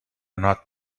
not